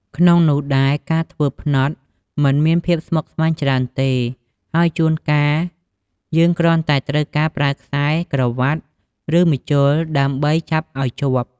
ក្នុងនោះដែរការធ្វើផ្នត់មិនមានភាពស្មុគស្មាញច្រើនទេ ហើយជួនកាលយើងគ្រាន់តែត្រូវការប្រើខ្សែក្រវាត់ ឬម្ជុលដើម្បីចាប់អោយជាប់។